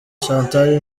chantal